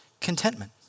contentment